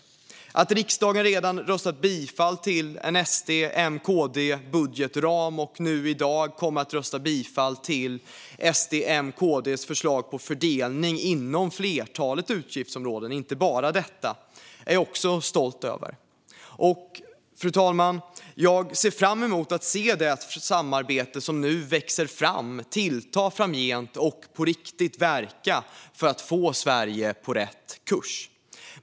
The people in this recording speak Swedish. Jag är stolt över att riksdagen redan har röstat bifall till en SD-M-KD-budgetram och nu i dag kommer att rösta bifall till SD-M-KD:s förslag på fördelning inom flertalet utgiftsområden, inte bara detta. Fru talman! Jag ser fram emot att se det samarbete som nu växer fram tillta och på riktigt verka för att få Sverige på rätt kurs.